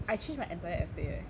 I change my entire essay eh